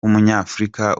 w’umunyafurika